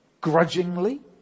Grudgingly